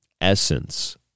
essence